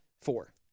Four